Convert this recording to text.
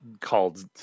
called